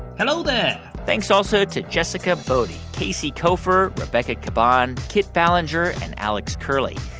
hello there thanks also to jessica boddy, casey koeffer, rebecca caban, kit ballenger and alex curley.